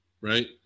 right